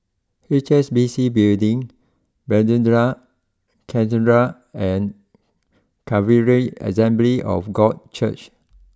H S B C Building Bethesda Cathedral and Calvary Assembly of God Church